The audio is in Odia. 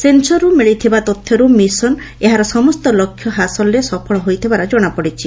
ସେନସରରୁ ମିଳିଥିବା ତଥ୍ୟରୁ ମିଶନ ଏହାର ସମସ୍ତ ଲକ୍ଷ୍ୟ ହାସଲରେ ସଫଳ ହୋଇଥିବାର କଣାପଡିଛି